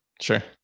Sure